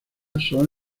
son